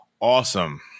awesome